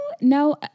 no